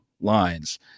lines